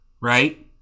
right